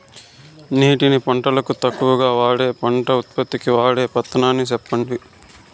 నీటిని పంటలకు తక్కువగా వాడే పంట ఉత్పత్తికి వాడే పద్ధతిని సెప్పండి?